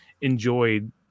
enjoyed